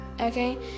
okay